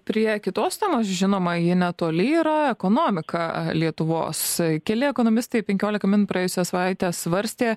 prie kitos temos žinoma ji netoli yra ekonomika lietuvos keli ekonomistai penkiolika min praėjusią savaitę svarstė